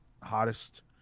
Hottest